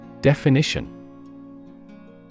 Definition